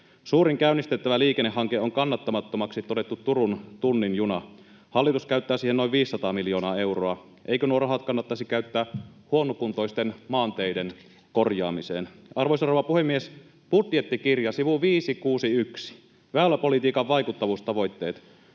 Suurin käynnistettävä liikennehanke on kannattamattomaksi todettu Turun tunnin juna. Hallitus käyttää siihen noin 500 miljoonaa euroa. Eikö nuo rahat kannattaisi käyttää huonokuntoisten maanteiden korjaamiseen? Arvoisa rouva puhemies! Budjettikirja, sivu 561, väyläpolitiikan vaikuttavuustavoitteet: